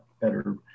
better